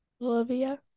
Olivia